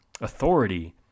authority